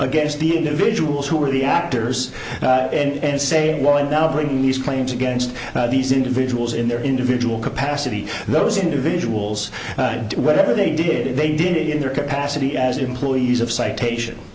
against the individuals who are the actors and say well and now bringing these claims against these individuals in their individual capacity those individuals do whatever they did they did in their capacity as employees of citation